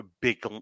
big